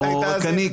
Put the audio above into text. לא רק אני.